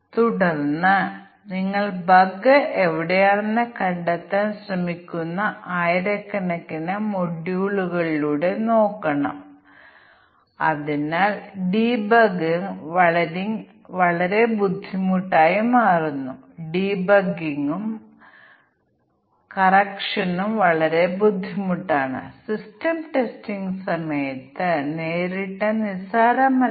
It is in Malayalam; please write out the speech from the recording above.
അതിനാൽ നിങ്ങൾ ഉള്ളിടത്തോളം കാലം ഇൻപുട്ട് ചെക്ക് ബോക്സുകളിലൊന്ന് പരിശോധിക്കുക മറ്റെല്ലാ ചെക്കിംഗും പരിഗണിക്കാതെ പ്രശ്നം സംഭവിക്കുന്നു നിങ്ങൾ അത് പരിശോധിച്ചില്ലെങ്കിൽ നിങ്ങൾ ഈ മൂല്യം ഡ്യുപ്ലെക്സ് ഓപ്ഷൻ സജ്ജമാക്കിയിട്ടില്ലെങ്കിൽ മറ്റ് പാരാമീറ്ററുകളുടെ സാധ്യമായ എല്ലാ കോമ്പിനേഷനുകളും ഒരു പ്രശ്നവും ഉണ്ടാക്കില്ല